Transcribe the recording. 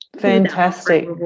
Fantastic